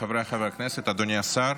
חבריי חברי הכנסת, אדוני השר,